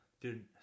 Dude